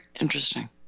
interesting